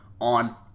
on